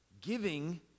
Giving